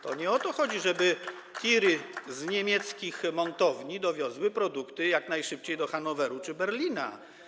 To nie o to chodzi, żeby tiry z niemieckich montowni dowiozły produkty jak najszybciej do Hanoweru czy Berlina.